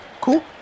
Cool